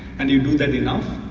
and you do that enough